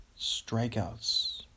strikeouts